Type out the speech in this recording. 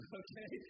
okay